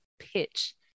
pitch